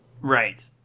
Right